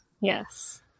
Yes